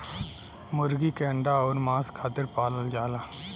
मुरगी के अंडा अउर मांस खातिर पालल जाला